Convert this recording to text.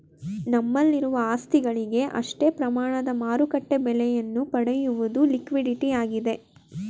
ನಮ್ಮಲ್ಲಿರುವ ಆಸ್ತಿಗಳಿಗೆ ಅಷ್ಟೇ ಪ್ರಮಾಣದ ಮಾರುಕಟ್ಟೆ ಬೆಲೆಯನ್ನು ಪಡೆಯುವುದು ಲಿಕ್ವಿಡಿಟಿಯಾಗಿದೆ